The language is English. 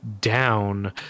down